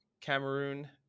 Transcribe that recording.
Cameroon